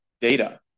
data